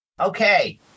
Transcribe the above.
Okay